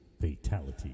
Fatality